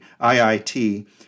IIT